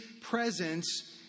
presence